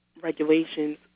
regulations